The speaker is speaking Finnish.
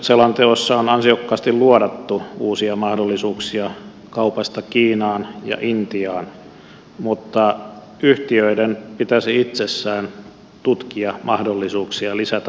metsäselonteossa on ansiokkaasti luodattu uusia mahdollisuuksia kaupasta kiinaan ja intiaan mutta yhtiöiden pitäisi itsessään tutkia mahdollisuuksia lisätä markkinointia niille suunnille